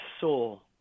soul